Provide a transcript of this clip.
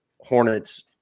Hornets